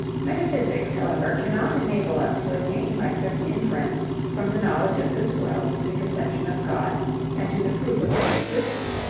metaphysics, however, cannot enable us to attain by certain inference from the knowledge of this world to the conception of god and to the proof of his existence,